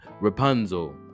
Rapunzel